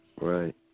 right